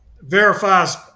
verifies